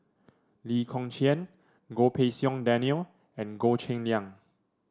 Lee Kong Chian Goh Pei Siong Daniel and Goh Cheng Liang